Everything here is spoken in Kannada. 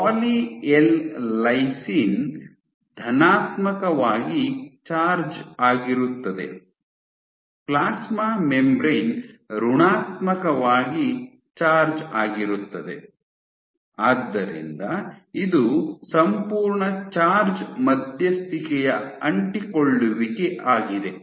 ಪಾಲಿ ಎಲ್ ಲೈಸಿನ್ ಧನಾತ್ಮಕವಾಗಿ ಚಾರ್ಜ್ ಆಗಿರುತ್ತದೆ ಪ್ಲಾಸ್ಮಾ ಮೆಂಬರೇನ್ ಋಣಾತ್ಮಕವಾಗಿ ಚಾರ್ಜ್ ಆಗಿರುತ್ತದೆ ಆದ್ದರಿಂದ ಇದು ಸಂಪೂರ್ಣ ಚಾರ್ಜ್ ಮಧ್ಯಸ್ಥಿಕೆಯ ಅಂಟಿಕೊಳ್ಳುವಿಕೆ ಆಗಿದೆ